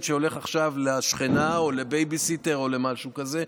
שהולך עכשיו לשכנה או לבייביסיטר או למשהו כזה,